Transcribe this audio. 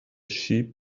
sheep